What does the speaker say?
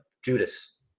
Judas